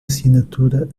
assinatura